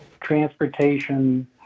transportation